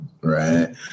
right